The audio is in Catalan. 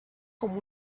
com